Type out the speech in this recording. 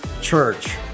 Church